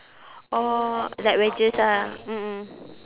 orh like wedges ah mm mm